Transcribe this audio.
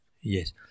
Yes